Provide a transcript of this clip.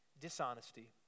dishonesty